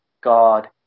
God